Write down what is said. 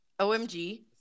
OMG